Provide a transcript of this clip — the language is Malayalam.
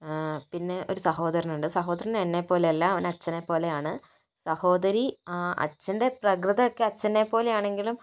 പിന്നെ ഒരു സഹോദരൻ ഉണ്ട് സഹോദരൻ എന്നെപ്പോലെയല്ല അവൻ അച്ഛനെപ്പോലെ ആണ് സഹോദരി അച്ഛൻ്റെ പ്രകൃതം ഒക്കെ അച്ഛനെപ്പോലെ ആണെങ്കിലും